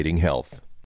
health